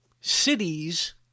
cities